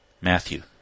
Matthew